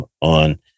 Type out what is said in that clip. on